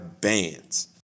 bands